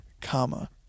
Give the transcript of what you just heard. comma